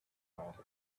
while